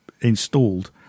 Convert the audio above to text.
installed